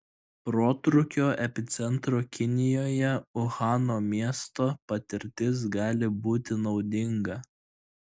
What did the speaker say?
protrūkio epicentro kinijoje uhano miesto patirtis gali būti naudinga